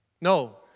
No